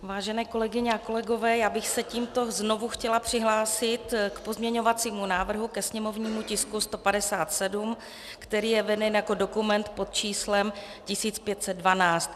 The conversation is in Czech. Vážené kolegyně a kolegové, já bych se tímto znovu chtěla přihlásit k pozměňovacímu návrhu ke sněmovnímu tisku 157, který je veden jako dokument pod číslem 1512.